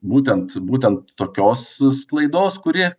būtent būtent tokios sklaidos kuri